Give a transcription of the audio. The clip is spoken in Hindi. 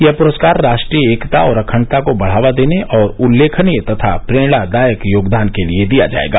यह पुरस्कार राष्ट्रीय एकता और अखंडता को बढ़ावा देने और उल्लेखनीय तथा प्रेरणादायक योगदान के लिए दिया जाएगा